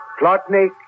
Plotnik